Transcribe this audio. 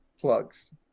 plugs